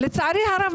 לצערי הרב,